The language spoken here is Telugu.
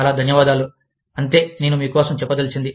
చాలా ధన్యవాదాలు అంతే నేను మీ కోసం చెప్పదలచినది